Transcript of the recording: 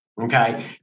Okay